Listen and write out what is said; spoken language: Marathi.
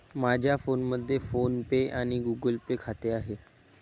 माझ्या फोनमध्ये फोन पे आणि गुगल पे खाते आहे